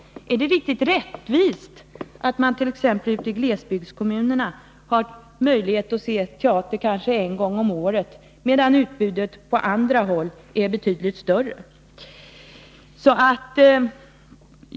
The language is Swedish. Är det riktigt rättvist att man i glesbygdskommunerna har möjlighet att t.ex. se teater bara en gång om året, medan utbudet på andra håll är betydligt större?